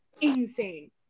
insane